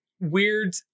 weird